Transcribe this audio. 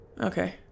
okay